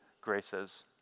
graces